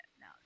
no